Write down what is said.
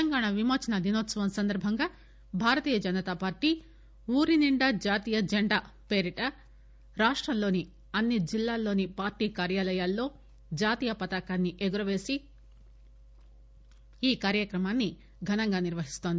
తెలంగాణ విమోచన దినోత్సవం సందర్బంగా భారతీయ జనతాపార్వీ ఊరి నిండా జాతీయ జండా పేరిట రాష్టంలోని అన్సి జిల్లాలోని పార్టీ కార్యాలయాల్లో జాతీయ పతాకాన్సి ఎగురవేసి ఈకార్యక్రమాన్ని ఘనంగా నిర్వహిస్తోంది